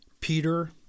Peter